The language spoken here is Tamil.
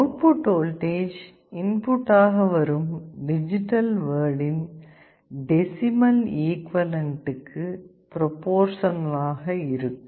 அவுட்புட் வோல்டேஜ் இன்புட் ஆக வரும் டிஜிட்டல் வேர்டின் டெசிமல் ஈகுவலென்ட்க்கு ப்ரோபோர்சனல் ஆக இருக்கும்